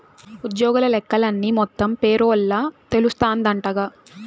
ఉజ్జోగుల లెక్కలన్నీ మొత్తం పేరోల్ల తెలస్తాందంటగా